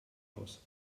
aus